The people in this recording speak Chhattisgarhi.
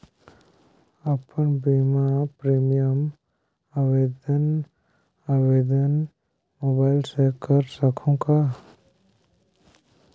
अपन बीमा प्रीमियम आवेदन आवेदन मोबाइल से कर सकहुं का?